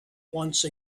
once